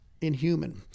inhuman